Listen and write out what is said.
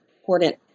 important